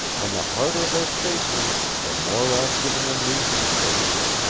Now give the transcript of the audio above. and the harder they've chased me the more i've given them reason to chase me.